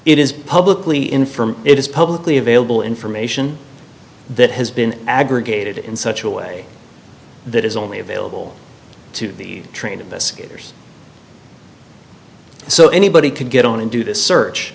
it is publicly in from it is publicly available information that has been aggregated in such a way that is only available to the trained investigators so anybody can get on and do the search